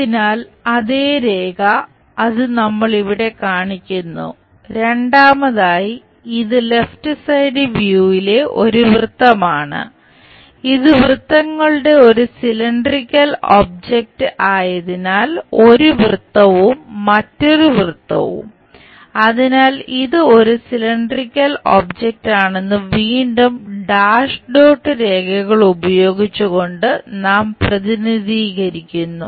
അതിനാൽ അതേ രേഖ ഉപയോഗിച്ച് കൊണ്ട് നാം പ്രതിനിധീകരിക്കുന്നു